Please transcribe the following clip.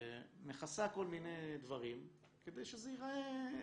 מכסה כל מיני דברים כדי שזה ייראה טוב.